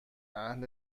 اهل